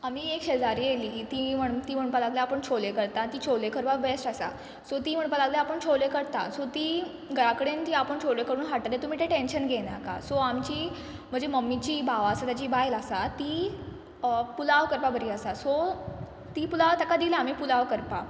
आमी एक शेजारी येयल्ली ती म्हण ती म्हणपा लागली आपूण छोले करता ती छोले करपाक बॅस्ट आसा सो ती म्हणपा लागली आपूण छोले करता सो ती घरा कडेन ती आपूण छोले करून हाडटलें तुमी तें टँशन घेय नाका सो आमची म्हजी मम्मीची भाव आसा ताजी बायल आसा ती पुलाव करपा बरी आसा सो ती पुलाव ताका दिलो आमी पुलाव करपा